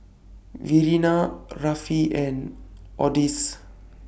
Verena Rafe and Odis